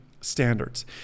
Standards